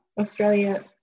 Australia